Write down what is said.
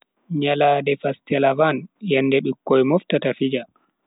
Nyalande fastelavn, yende bikkoi moftata fija.